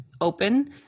open